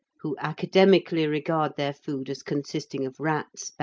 who academically regard their food as consisting of rats,